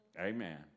Amen